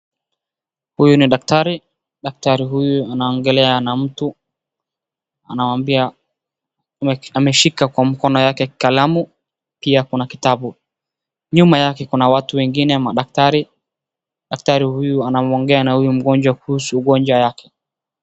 Huyu ni daktari. Daktari huyu anaongelea na mtu. Anamwambia, ameshika kwa mkono yake kalamu pia kuna kitabu. Nyuma yake kuna watu wengine madaktari. Daktari huyu anaongea na huyu mgonjwa kuhusu ugonjwa yake.